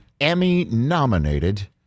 Emmy-nominated